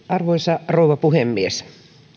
arvoisa rouva puhemies